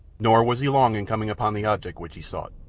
nor was he long in coming upon the object which he sought.